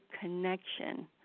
connection